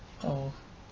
oh